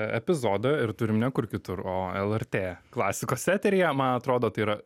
epizodą ir turim ne kur kitur o lrt klasikos eteryje man atrodo tai yra